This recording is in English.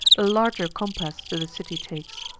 a larger compass to the city takes.